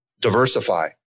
diversify